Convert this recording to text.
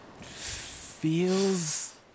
feels